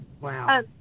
Wow